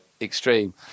extreme